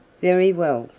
very well,